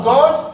God